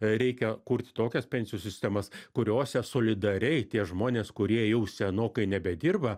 reikia kurti tokias pensijų sistemas kuriose solidariai tie žmonės kurie jau senokai nebedirba